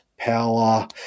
power